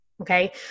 okay